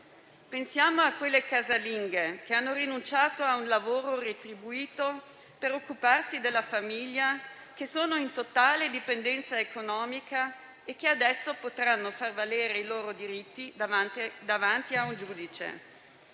Pensiamo alle casalinghe che hanno rinunciato a un lavoro retribuito per occuparsi della famiglia, che sono in totale dipendenza economica e che adesso potranno far valere i loro diritti davanti a un giudice.